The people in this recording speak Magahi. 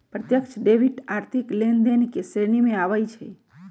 प्रत्यक्ष डेबिट आर्थिक लेनदेन के श्रेणी में आबइ छै